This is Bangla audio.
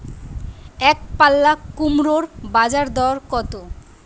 একপাল্লা কুমড়োর বাজার দর কত?